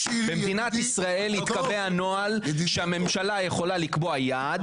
במדינת ישראל התקבע נוהל שהממשלה יכולה לקבוע יעד,